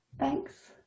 Thanks